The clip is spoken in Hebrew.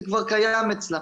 זה כבר קיים אצלה.